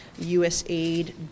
USAID